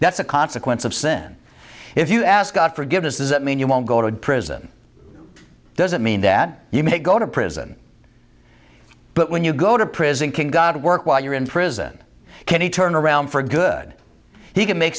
that's a consequence of sin if you ask forgiveness does that mean you won't go to prison doesn't mean that you may go to prison but when you go to prison can god work while you're in prison can he turn around for good he can make